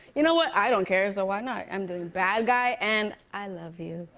you know what? i don't care, so why not? i'm doing bad guy and i love you.